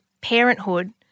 parenthood